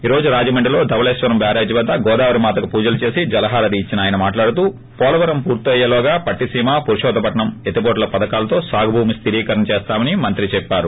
ఈ రోజు రాజమండ్రిలో ధవలేశ్వరం బ్యారేజ్ వద్ద గోదావరి మాతకు పూజలు చేసి జలహారతిచ్చిన ఆయన మాట్లాడుతూ పోలవరం పూర్తయ్యేలోగా పట్టిసీమ పురుషోత్తపట్నం ఎత్తిపోతల పధకాలతో సాగుభూమి స్లీరీకరణ చేస్తామని మంత్రి చెప్పారు